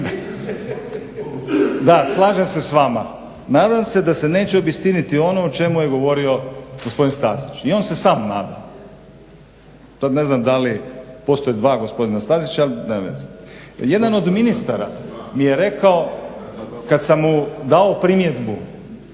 Da slažem se s vama. Nadam se da se neće obistiniti ono o čemu je govorio gospodin Stazić. I on se sam nada. To ne znam da li postoje dva gospodina Stazića ali nema veze. Jedan od ministara mi je rekao kad sam mu dao primjedbu,